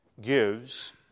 gives